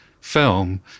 film